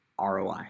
ROI